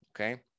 okay